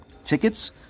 tickets